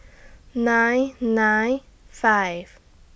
nine nine five